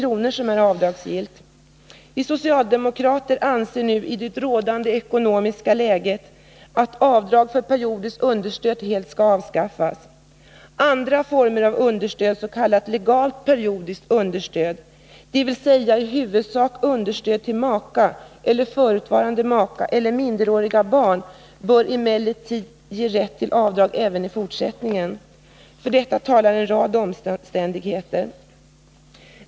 i sådant understöd som är avdragsgillt. Vi socialdemokrater anser nu, i det rådande ekonomiska läget, att avdrag för periodiskt understöd helt skall avskaffas. Andra former av understöd, s.k. legalt periodiskt understöd, dvs. i huvudsak understöd till makar eller förutvarande maka och minderåriga barn, bör emellertid ge rätt till avdrag även i fortsättningen. För detta talar en rad omständigheter.